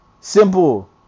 Simple